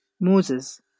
Moses